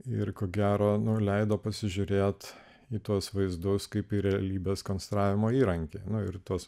ir ko gero nuleido pasižiūrėti į tuos vaizdus kaip į realybės konstravimo įrankį nu ir tuos